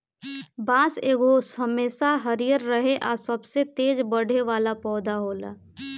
बांस एगो हमेशा हरियर रहे आ सबसे तेज बढ़े वाला पौधा होला